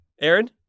Aaron